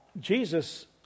Jesus